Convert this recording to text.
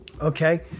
Okay